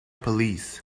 police